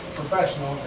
professional